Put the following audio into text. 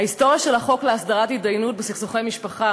ההיסטוריה של החוק להסדרת התדיינות בסכסוכי משפחה